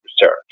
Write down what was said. research